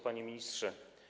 Panie Ministrze!